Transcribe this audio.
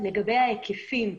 לגבי ההיקפים.